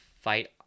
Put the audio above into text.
fight